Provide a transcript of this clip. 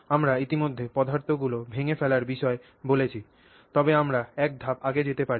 আমরা ইতিমধ্যে পদার্থগুলি ভেঙে ফেলার বিষয়ে বলেছি তবে আমরা এক ধাপ আগে যেতে পারি